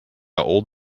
old